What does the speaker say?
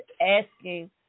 asking